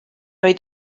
oedd